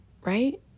right